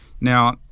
now